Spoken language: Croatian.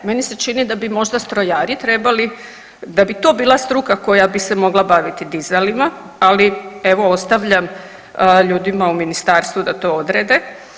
Meni se čini da bi možda strojari trebali da bi to bila struka koja bi se mogla baviti dizalima, ali evo ostavljam ljudima u Ministarstvu da to odrede.